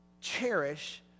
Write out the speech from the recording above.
cherish